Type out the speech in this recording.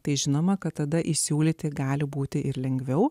tai žinoma kad tada įsiūlyti gali būti ir lengviau